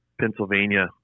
Pennsylvania